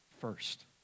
first